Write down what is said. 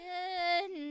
Good